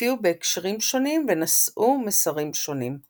הופיעו בהקשרים שונים ונשאו מסרים שונים.